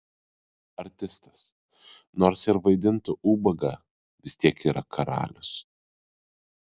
artistas nors ir vaidintų ubagą vis tiek yra karalius